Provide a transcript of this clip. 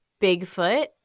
Bigfoot